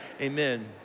Amen